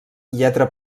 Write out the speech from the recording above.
lletra